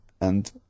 and-